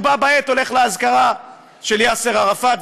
ובה בעת הולך לאזכרה של יאסר ערפאת,